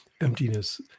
emptiness